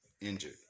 injured